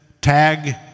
Tag